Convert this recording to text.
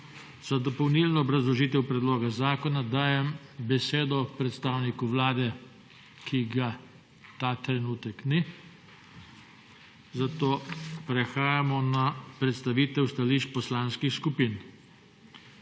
Za dopolnilno obrazložitev predloga zakona dajem besedo predstavniku Vlade, ki ga ta trenutek ni. Zato prehajamo na predstavitev stališč poslanskih skupin.